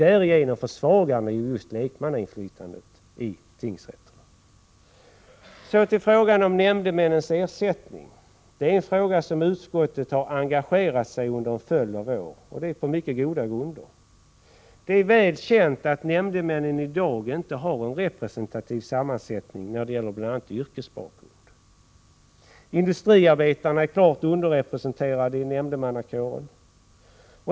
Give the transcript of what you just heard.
Därigenom skulle lekmannainflytandet i tingsrätterna försvagas. Så till ftågan om nämndemännens ersättning. Det är en fråga som utskottet har engagerat sig i under en följd av år, och det på mycket goda grunder. Det är väl känt att nämnderna i dag inte har en representativ sammansättning, bl.a. när det gäller nämndemännens yrkesbakgrund. Industriarbetarna är klart underrepresenterade inom nämndemannakåren.